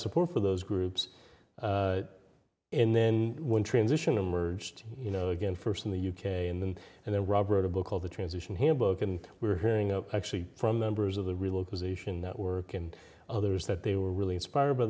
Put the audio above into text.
support for those groups and then one transition emerged you know again first in the u k and then and then robert a book called the transition handbook and we're hearing up actually from members of the relocalization network and others that they were really inspired by